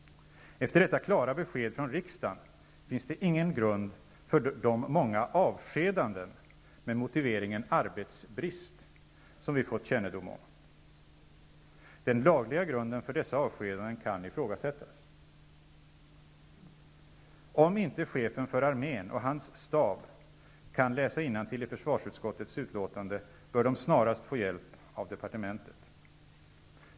Efter detta klara besked från riksdagen finns det ingen grund för de många avskedanden med motiveringen ''arbetsbrist'' som vi fått kännedom om. Den lagliga grunden för dessa avskedanden kan ifrågasättas. Om inte chefen för armén och hans stab kan läsa innantill i försvarsutskottets utlåtande, bör de snarast få hjälp av departementet.